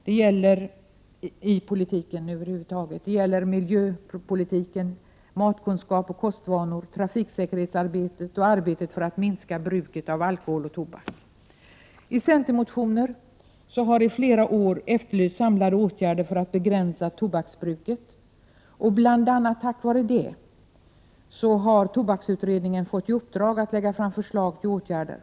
Det gäller i politiken över huvud taget: beträffande miljö, matkunskap och kostvanor, trafiksäkerhetsarbete och arbete för att minska bruket av alkohol och tobak. I centermotioner har vi i flera år efterlyst samlade åtgärder för att begränsa tobaksbruket. Bl.a. av den anledningen har tobaksutredningen fått i uppdrag att lägga fram förslag till åtgärder.